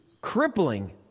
Crippling